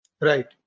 Right